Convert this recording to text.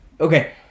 Okay